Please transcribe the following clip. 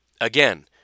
again